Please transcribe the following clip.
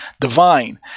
divine